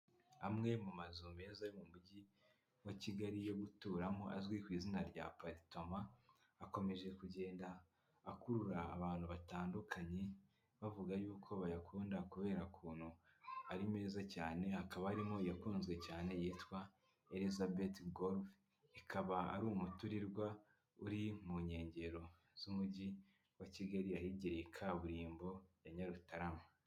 Amwe mu mazu meza yo mu mujyi wa Kigali yo guturamo azwi ku izina rya aparitoma. akomeje kugenda akurura abantu batandukanye, bavuga y'uko bayakunda kubera ukuntu ari meza cyane, hakaba harimo iyakunzwe cyane yitwa Elizabeth golf, ikaba ari umuturirwa uri mu nkengero z'umujyi wa Kigali ahegereye kaburimbo ya Nyarutarama.